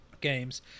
games